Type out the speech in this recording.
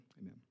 amen